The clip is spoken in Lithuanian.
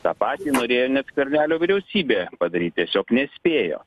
tą patį norėjo net skvernelio vyriausybė padaryt tiesiog nespėjo